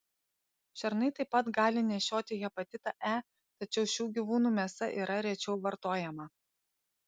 šernai taip pat gali nešioti hepatitą e tačiau šių gyvūnų mėsa yra rečiau vartojama